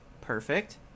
perfect